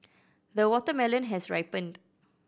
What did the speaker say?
the watermelon has ripened